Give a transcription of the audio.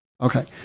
Okay